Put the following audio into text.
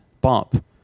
bump